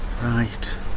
Right